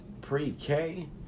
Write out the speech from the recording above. Pre-K